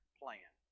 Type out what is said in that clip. plan